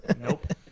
Nope